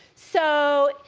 so,